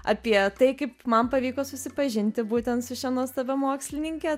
apie tai kaip man pavyko susipažinti būtent su šia nuostabia mokslininke